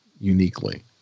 uniquely